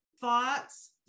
thoughts